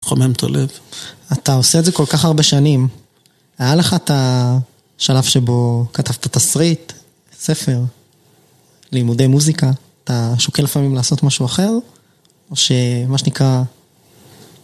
מחמם את הלב. אתה עושה את זה כל כך הרבה שנים, היה לך את השלב שבו כתבת תסריט, ספר, לימודי מוזיקה. אתה שוקל לפעמים לעשות משהו אחר? או שמה שנקרא...